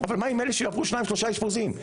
אבל, מה עם אלה שעברו שניים-שלושה אשפוזים?